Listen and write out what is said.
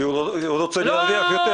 כי הוא רוצה להרוויח יותר.